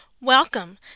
Welcome